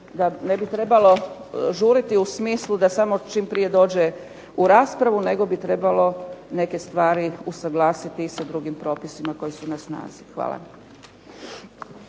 ne bi trebalo žuriti u smislu da samo čim prije dođe u raspravu, nego bi trebalo neke stvari usuglasiti i sa drugim propisima koji su na snazi. Hvala.